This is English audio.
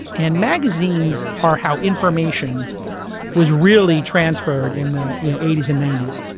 and magazines are how information was really transferred in the you know eighty s and ninety s.